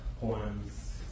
poems